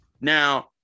now